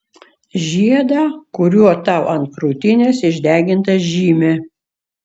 žiedą kuriuo tau ant krūtinės išdeginta žymė